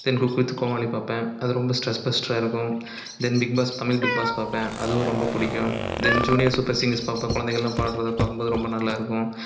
then cook with Comali பார்ப்பேன் அது ரொம்ப ஸ்ட்ரெஸ்பஸ்ட்ராக இருக்கும் தென் பிக்பாஸ் தமிழ் பிக்பாஸ் பார்ப்பேன் அதுவும் ரொம்ப பிடிக்கும் தென் ஜூனியர் சூப்பர் சிங்கர்ஸ் பார்ப்பேன் குழந்தைகள் எல்லாம் பாடுகிறத பார்க்கும் போது ரொம்ப நல்லா இருக்கும்